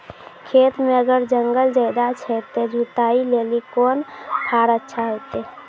खेत मे अगर जंगल ज्यादा छै ते जुताई लेली कोंन फार अच्छा होइतै?